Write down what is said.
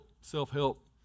self-help